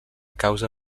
causa